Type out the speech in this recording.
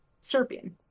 Serbian